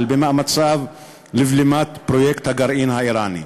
במאמציו לבלימת פרויקט הגרעין האיראני.